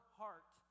heart